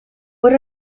what